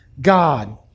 God